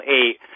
eight